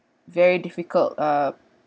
very difficult uh